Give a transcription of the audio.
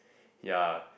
ya